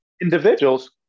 individuals